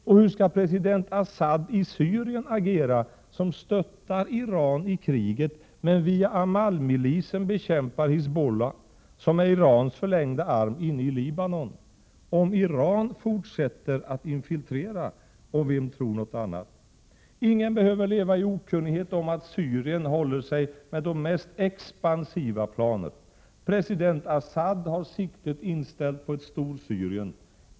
Och hur skall president Assad i Syrien agera, som stöttar Iran i kriget, men via Amalmilisen bekämpar Hizbullah, som är Irans förlängda arm inne i Libanon, om Iran fortsätter att infiltrera? Och vem tror något annat? Ingen behöver leva i okunnighet om att Syrien håller sig med de mest expansiva planer. President Assad har siktet inställt på ett Storsyrien.